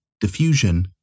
diffusion